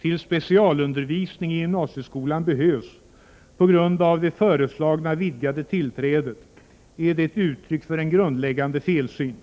till specialundervisning i gymnasieskolan behövs på grund av det föreslagna vidgade tillträdet är det ett uttryck för en grundläggande felsyn.